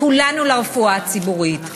כולנו לרפואה הציבורית.